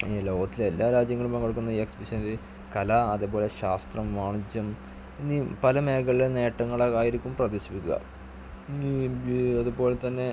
പിന്നെ ലോകത്തിലെല്ലാ രാജ്യങ്ങളും പങ്കെടുക്കുന്ന എക്ബിഷനിൽ കല അതേപോലെ ശാസ്ത്രം വാണിജ്യം എന്നീ പല മേഖലെ നേട്ടങ്ങൾ ആയിരിക്കും പ്രദർശിപ്പിക്കുക ഇനിയും അത് അതുപോലെത്തന്നെ